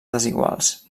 desiguals